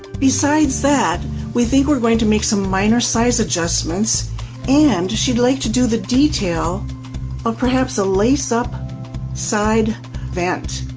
besides that we think we're going to make some minor size adjustments and she'd like to do the detail or perhaps a lace-up side vent.